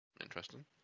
interesting